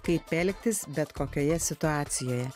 kaip elgtis bet kokioje situacijoje